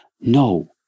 No